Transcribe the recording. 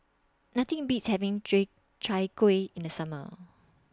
Nothing Beats having J Chai Kueh in The Summer